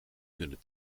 kunnen